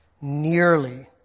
nearly